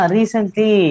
Recently